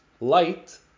Light